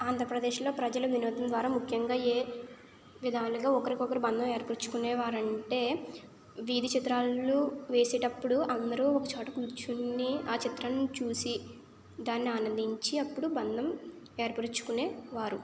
ఆంధ్రప్రదేశ్లో ప్రజలు వినోదం ద్వారా ముఖ్యంగా ఏ విధాలుగా ఒకరికొకరు బంధం ఏర్పర్చుకునేవారు అంటే వీధి చిత్రాలు వేసేటప్పుడు అందరూ ఒక చోట కూర్చొని ఆ చిత్రాన్ని చూసి దాన్ని ఆనందించి అప్పుడు బంధం ఏర్పరచుకునేవారు